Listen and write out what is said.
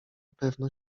pewno